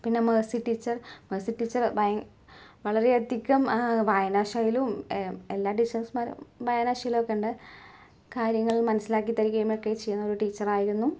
പിന്നെ Mercy teacher Mercy teacher ഭയ വളരെയധികം വായനശീലവും എല്ലാ ടീച്ചേഴ്സ്മാരും വായനശീലമൊക്കെയുണ്ട് കാര്യങ്ങൾ മനസിലാക്കി തരുകയുമൊക്കെ ചെയ്യുന്ന ഒരു ടീച്ചറായിരുന്നു